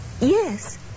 Yes